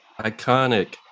Iconic